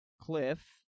cliff